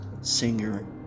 singer